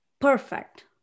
perfect